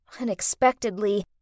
Unexpectedly